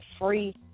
Free